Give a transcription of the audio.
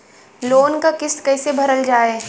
Loan क किस्त कैसे भरल जाए?